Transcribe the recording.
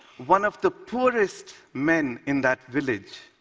one of the poorest men in that village